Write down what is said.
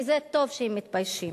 וזה טוב שהם מתביישים.